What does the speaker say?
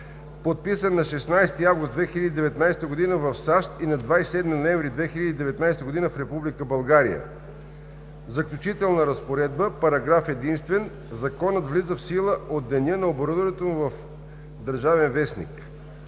подписан на 16 август 2019 г. в САЩ и на 27 ноември 2019 г. в Република България. Заключителна разпоредба Параграф единствен. Законът влиза в сила от деня на обнародването му в „Държавен вестник“.“